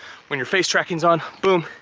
when your face tracking is on, boom,